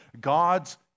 God's